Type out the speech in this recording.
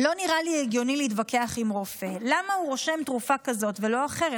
לא נראה לי הגיוני להתווכח עם רופא למה הוא רושם תרופה כזאת ולא אחרת.